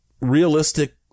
realistic